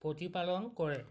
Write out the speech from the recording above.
প্ৰতিপালন কৰে